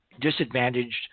disadvantaged